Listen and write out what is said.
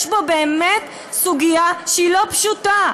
יש פה באמת סוגיה שהיא לא פשוטה.